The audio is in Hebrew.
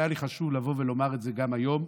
והיה לי חשוב לומר את זה גם היום,